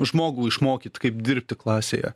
žmogų išmokyt kaip dirbti klasėje